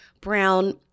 Brown